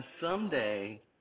someday